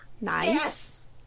Nice